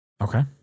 Okay